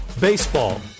Baseball